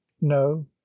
no